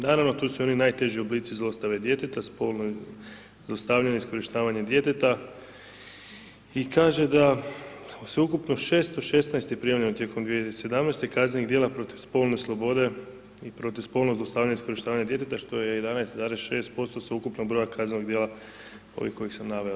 Naravno, tu su oni najteži oblici zlostave djeteta, spolno zlostavljanje, iskorištavanje djeteta i kaže da sveukupno 616 je prijavljeno tijekom 2017.-te kaznenih djela protiv spolne slobode i protiv spolnog zlostavljanja i iskorištavanja djeteta, što je 11,6% sveukupnog broja kaznenog djela ovih koje sam naveo.